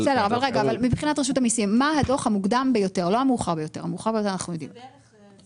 מה הדוח המוקדם ביותר מבחינת רשות המסים?